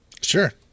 sure